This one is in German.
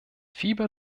fieber